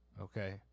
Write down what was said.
okay